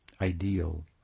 ideal